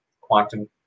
quantum